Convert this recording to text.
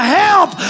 help